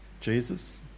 Jesus